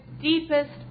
deepest